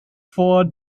vor